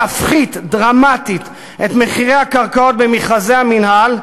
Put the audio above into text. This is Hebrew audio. להפחית דרמטית את מחירי הקרקעות במכרזי המינהל,